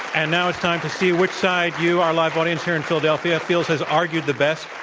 and now it's time to see which side you, our live audience here in philadelphia, feels has argued the best.